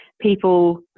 people